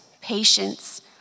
patience